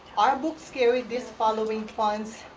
our books carry these following plans.